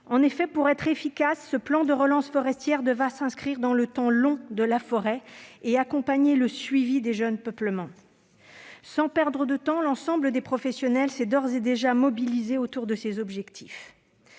En effet, pour être efficace, ce plan de relance forestière devra s'inscrire dans le temps long de la forêt et accompagner le suivi des jeunes peuplements. Sans perdre de temps, l'ensemble des professionnels se sont d'ores et déjà mobilisés autour de ces objectifs.